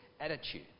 attitude